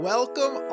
Welcome